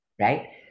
right